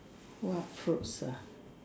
what fruits ah